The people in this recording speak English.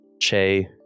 Che